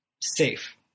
safe